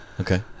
Okay